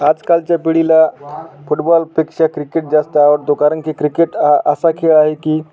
आजकालच्या पिढीला फुटबॉलपेक्षा क्रिकेट जास्त आवडतो कारण की क्रिकेट हा असा खेळ आहे की